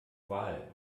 oval